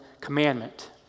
commandment